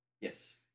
Yes